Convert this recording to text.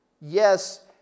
Yes